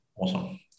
Awesome